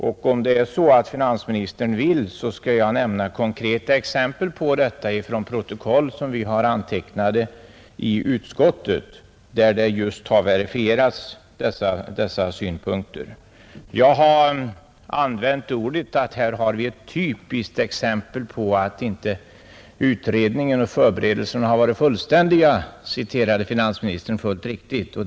Om finansministern vill skall jag nämna konkreta exempel på detta från protokoll som vi har antecknat i utskottet, där just dessa synpunkter verifieras. Finansministern citerade vad jag sagt om att vi här har ett typiskt exempel på att utredningen och förberedelserna inte har varit fullständiga. Det var riktigt återgivet av finansministern.